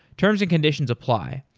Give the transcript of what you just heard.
terms and conditions apply.